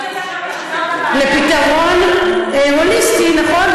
לפתרון הוליסטי, נכון?